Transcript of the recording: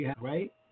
right